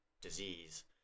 disease